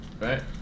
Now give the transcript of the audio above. right